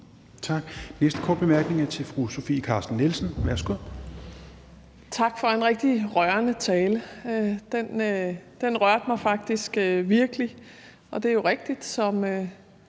Tak. Næste korte bemærkning er til fru Sofie Carsten Nielsen. Værsgo. Kl. 16:43 Sofie Carsten Nielsen (RV): Tak for en rigtig rørende tale. Den rørte mig faktisk virkelig, og det er jo rigtigt, som